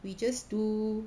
we just do